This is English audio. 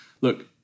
look